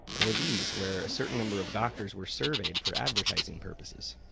or these. where a certain number of doctors were surveyed for advertising purposes.